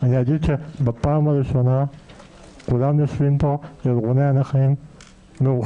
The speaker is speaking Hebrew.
בפעם הראשונה יושבים כאן מאוחדים כל ארגוני הנכים.